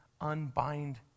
unbind